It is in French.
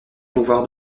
pouvoir